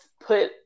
put